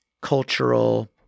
cultural